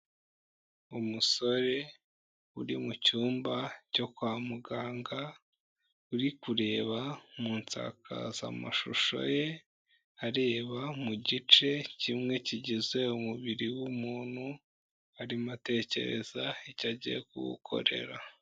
Umusore uri mu cyumba cyo kwa muganga, uri kureba mu nsakazamashusho ye, areba mu gice kimwe kigize umubiri w'umuntu, arimo atekereza icyo agiye kuwukorera.